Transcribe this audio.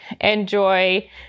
enjoy